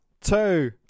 Two